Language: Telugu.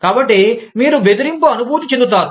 కాబట్టి మీరు బెదిరింపు అనుభూతి చెందుతారు